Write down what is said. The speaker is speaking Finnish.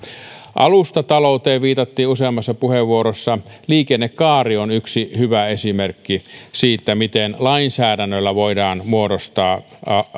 alustatalouteen viitattiin useammassa puheenvuorossa ja liikennekaari on yksi hyvä esimerkki siitä miten lainsäädännöllä voidaan muodostaa